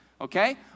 Okay